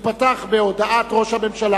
ייפתח בהודעת ראש הממשלה,